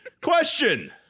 Question